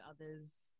others